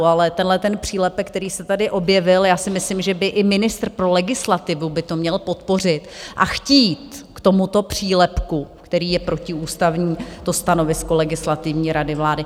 Ale tenhleten přílepek, který se tady objevil, já si myslím, že i ministr pro legislativu by to měl podpořit a chtít k tomuto přílepku, který je protiústavní, to stanovisko Legislativní rady vlády.